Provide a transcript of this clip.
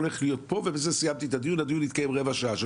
בזה סיימתי את הדיון שארך רבע שעה.